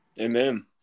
Amen